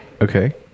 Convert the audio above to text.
Okay